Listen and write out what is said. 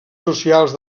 socials